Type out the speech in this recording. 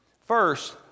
First